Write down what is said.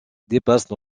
dépasse